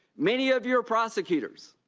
many of you are prosecutors.